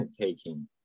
taking